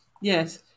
yes